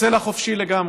תצא לחופשי לגמרי.